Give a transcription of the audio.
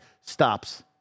Stops